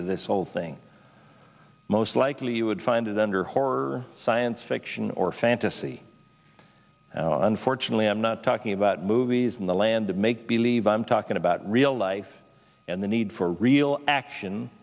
to this whole thing most likely you would find it under horror science fiction or fantasy unfortunately i'm not talking about movies in the land of make believe i'm talking about real life and the need for real action